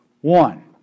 One